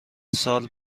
سال